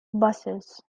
buses